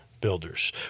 Builders